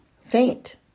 faint